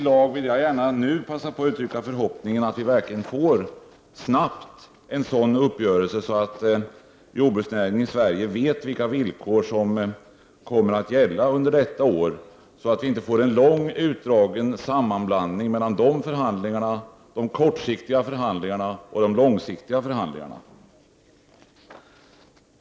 Jag vill gärna nu uttrycka förhoppningen att vi snabbt får en sådan uppgörelse, att jordbruksnäringen vet vilka villkor som kommer att gälla detta år. Vi skall ju inte ha en långt utdragen process med sammanblandning mellan de långsiktiga och de kortsiktiga förhandlingarna.